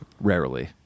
Rarely